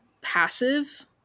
passive